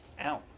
Ow